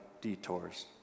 detours